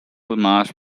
mass